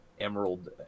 emerald